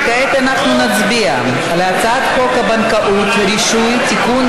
כעת אנחנו נצביע על הצעת חוק הבנקאות (רישוי) (תיקון,